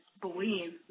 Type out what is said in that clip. believe